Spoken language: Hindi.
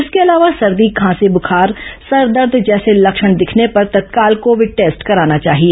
इसके अलावा सर्दी खांसी बुखार सरदर्द जैसे लक्षण दिखने पर तत्काल कोविड टेस्ट कराना चाहिए